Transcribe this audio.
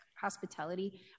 hospitality